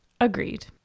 Agreed